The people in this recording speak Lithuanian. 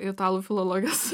italų filologijos